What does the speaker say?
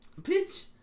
Bitch